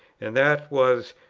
and that was,